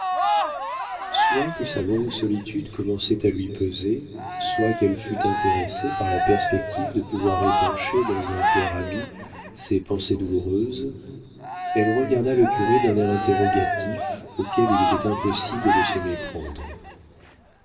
soit que sa longue solitude commençât à lui peser soit qu'elle fût intéressée par la perspective de pouvoir épancher dans un cœur ami ses pensées douloureuses elle regarda le curé d'un air interrogatif auquel il était impossible de se méprendre